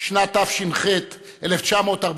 שנת תש"ח, 1948,